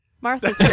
Martha